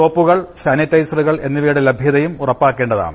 സോപ്പുകൾ സാനിറ്റൈ സറുകൾ എന്നിവയുടെ ലഭ്യതയും ഉറപ്പാകേണ്ടതാണ്